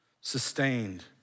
sustained